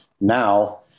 now